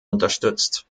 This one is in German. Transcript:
unterstützt